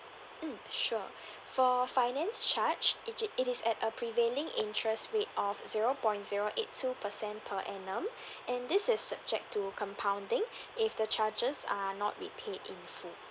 mm sure for finance charge it i~ it is at a prevailing interest rate of zero point zero eight two percent per annum and this is subject to compounding if the charges are not repaid in full